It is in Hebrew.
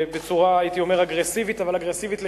בצורה, הייתי אומר, אגרסיבית, אבל אגרסיבית לחיוב,